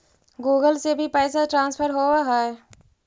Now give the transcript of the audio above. Google से भी पैसा ट्रांसफर होवहै?